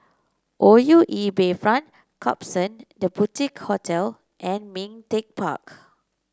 O U E Bayfront Klapson The Boutique Hotel and Ming Teck Park